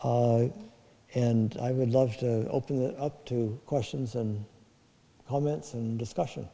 book and i would love to open up to questions and comments and discussion